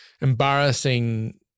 embarrassing